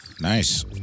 Nice